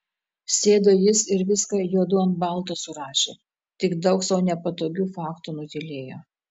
sėdo jis ir viską juodu ant balto surašė tik daug sau nepatogių faktų nutylėjo